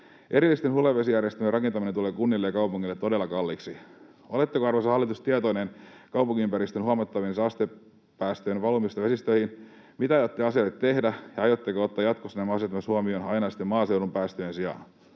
Erityisesti hulevesijärjestelmän rakentaminen tulee kunnille ja kaupungeille todella kalliiksi. Oletteko, arvoisa hallitus, tietoinen kaupunkiympäristön huomattavien saastepäästöjen valumista vesistöihin? Mitä aiotte asialle tehdä, ja aiotteko ottaa jatkossa nämä asiat myös huomioon ainaisten maaseudun päästöjen sijaan?